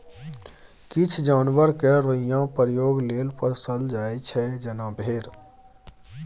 किछ जानबर केँ रोइयाँ प्रयोग लेल पोसल जाइ छै जेना भेड़